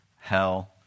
hell